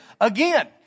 Again